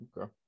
Okay